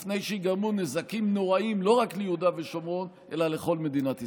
לפני שייגרמו נזקים נוראיים לא רק ליהודה ושומרון אלא לכל מדינת ישראל.